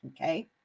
Okay